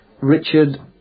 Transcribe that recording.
Richard